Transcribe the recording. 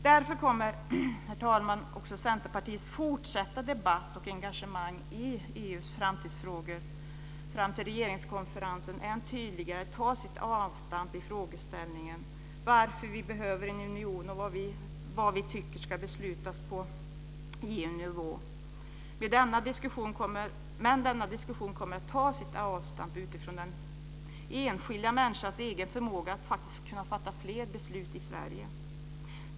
Därför kommer också Centerpartiets fortsatta debatt och engagemang i EU:s framtidsfrågor fram till regeringskonferensen än tydligare att ta sitt avstamp i frågeställningen: Varför behöver vi en union, och vad tycker vi ska beslutas på EU-nivå? Men denna diskussion kommer att ta sitt avstamp utifrån den enskilda människans egen förmåga att fatta fler beslut i Sverige.